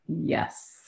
Yes